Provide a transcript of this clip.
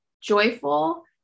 joyful